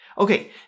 Okay